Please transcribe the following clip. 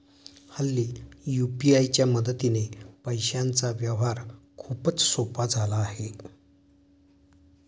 हल्ली यू.पी.आय च्या मदतीने पैशांचा व्यवहार खूपच सोपा झाला आहे